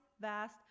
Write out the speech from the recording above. vast